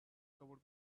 covered